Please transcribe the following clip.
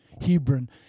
Hebron